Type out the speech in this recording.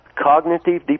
Cognitive